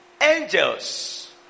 Angels